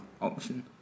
option